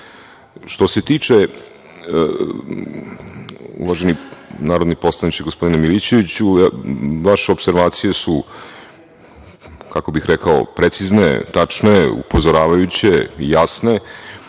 to. Što se tiče, uvaženi narodni poslaniče gospodine Milićeviću, vaše opservacije su, kako bih rekao precizne, tačne upozoravajuće,